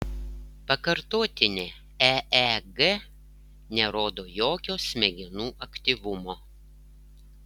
pakartotinė eeg nerodo jokio smegenų aktyvumo